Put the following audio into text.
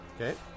Okay